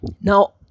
Now